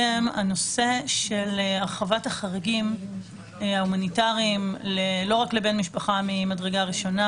של הרחבת החריגים ההומניטריים לא רק לבן משפחה מדרגה ראשונה